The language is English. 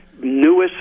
newest